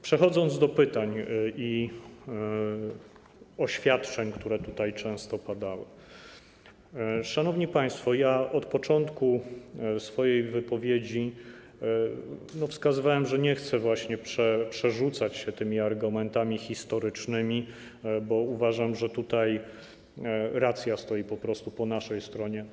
Przechodząc do pytań i oświadczeń, które tutaj często padały, szanowni państwo, od początku swojej wypowiedzi wskazywałem, że nie chcę przerzucać się tymi argumentami historycznymi, bo uważam, że tutaj racja stoi po prostu po naszej stronie.